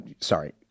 sorry